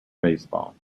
baseball